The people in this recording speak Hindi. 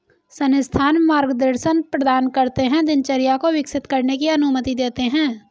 संस्थान मार्गदर्शन प्रदान करते है दिनचर्या को विकसित करने की अनुमति देते है